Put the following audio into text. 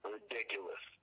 Ridiculous